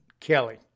Kelly